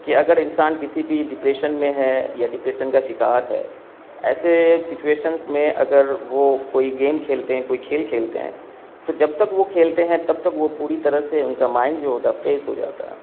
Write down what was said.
کہ اگر انسان کسی بھی ڈپریشن میں ہے یا ڈپریشن کا شکار ہے ایسے سچویشنس میں اگر وہ کوئی گیم کھیلتے ہیں کوئی کھیل کھیلتے ہیں تو جب تک وہ کھیلتے ہیں تب تک وہ پوری طرح سے ان کا مائنڈ جو ہوتا فیس ہو جاتا ہے